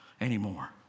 anymore